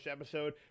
episode